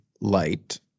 light